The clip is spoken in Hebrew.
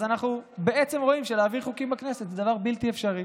אז אנחנו בעצם רואים שלהעביר חוקים בכנסת זה דבר בלתי אפשרי.